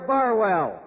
Barwell